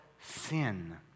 sin